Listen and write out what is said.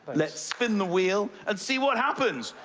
let's spin the wheel and see what happens.